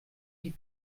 die